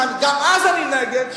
וגם אז אני נגד,